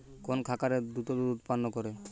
কোন খাকারে দ্রুত দুধ উৎপন্ন করে?